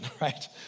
right